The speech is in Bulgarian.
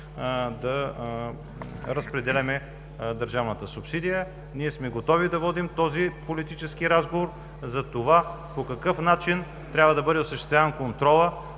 да разпределяме държавната субсидия. Ние сме готови да водим този политически разговор – по какъв начин трябва да бъде осъществяван контролът